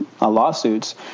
lawsuits